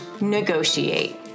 negotiate